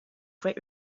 great